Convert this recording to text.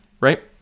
right